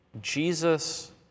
Jesus